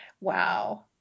wow